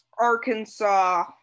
Arkansas